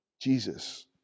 Jesus